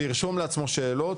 שירשום לעצמו שאלות,